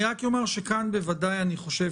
רק אומר שכאן בוודאי אני חושב